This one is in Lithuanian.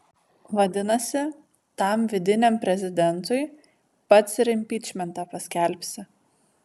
vadinasi tam vidiniam prezidentui pats ir impičmentą paskelbsi